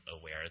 aware